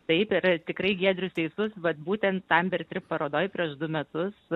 taip yra tikrai giedrius teisus vat būtent amber trip parodoj prieš du metus